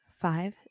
five